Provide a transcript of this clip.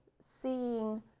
seeing